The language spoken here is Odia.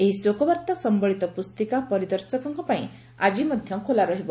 ଏହି ଶୋକବାର୍ତ୍ତା ସମ୍ଭଳିତ ପୁସ୍ତିକା ପରିଦର୍ଶକଙ୍କ ପାଇଁ ଆଜି ମଧ୍ୟ ଖୋଲା ରହିବ